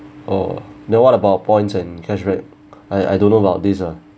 oh then what about points and cash rate I I don't know about this ah